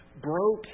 broke